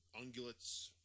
ungulates